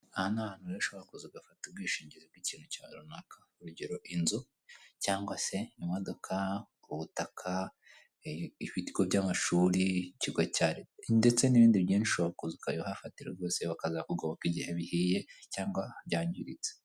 Aha ni ahantu rero ushobora kuza ugafata ubwishingizi bw'ikintu cyawe runaka. urugero: inzu cyangwa se imodoka, ubutaka, ibigo by'amashuri ndetse n'ibindi byinshi ushobora kuza ukabihafatira rwose bakazakugoboka igihe bihiye cyangwa byangiritse.